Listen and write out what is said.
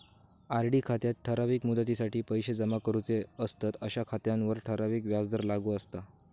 RD खात्यात ठराविक मुदतीसाठी पैशे जमा करूचे असतंत अशा खात्यांवर ठराविक व्याजदर लागू असता